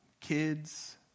kids